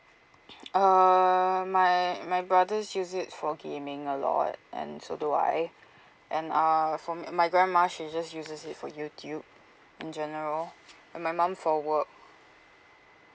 err my my brothers use it for gaming a lot and so do I and err for my my grandma she just uses it for youtube in general and my mom for work